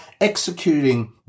executing